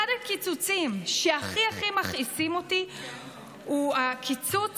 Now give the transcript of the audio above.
אחד הקיצוצים שהכי הכי מכעיסים אותי הוא הקיצוץ